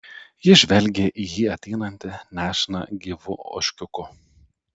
ji žvelgė į jį ateinantį nešiną gyvu ožkiuku